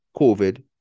COVID